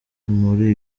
muri